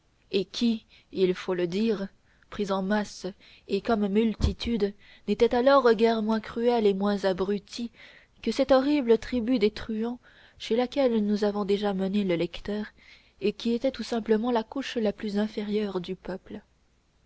et qui il faut le dire pris en masse et comme multitude n'était alors guère moins cruel et moins abruti que cette horrible tribu des truands chez laquelle nous avons déjà mené le lecteur et qui était tout simplement la couche la plus inférieure du peuple